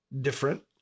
different